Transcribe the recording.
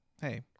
Hey